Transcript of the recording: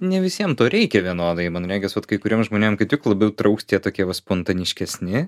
ne visiem to reikia vienodai man regis vat kai kuriem žmonėm kaip tik labiau trauks tie tokie spontaniškesni